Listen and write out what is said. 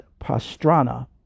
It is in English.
Pastrana